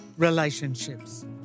Relationships